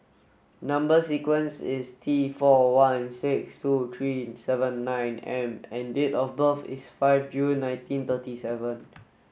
number sequence is T four one six two three seven nine M and date of birth is five June nineteen thirty seven